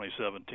2017